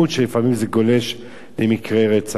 כשלפעמים זה גולש למקרי רצח.